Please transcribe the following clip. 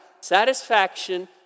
Satisfaction